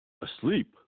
asleep